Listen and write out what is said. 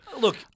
Look